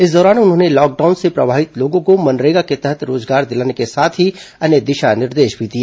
इस दौरान उन्होंने लॉकडाउन से प्रभावित लोगों को मनरेगा के तहत रोजगार दिलाने के साथ ही अन्य दिशा निर्देश भी दिए